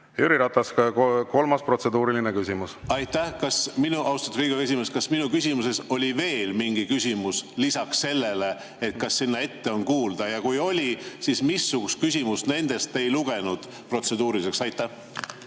Jüri Ratas, kolmas protseduuriline küsimus. Aitäh, austatud Riigikogu esimees! Kas mu küsimuses oli veel mingi küsimus lisaks sellele, kas sinna ette on kuulda, ja kui oli, siis missugust küsimust nendest te ei lugenud protseduuriliseks? Aitäh,